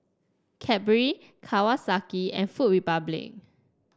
Cadbury Kawasaki and Food Republic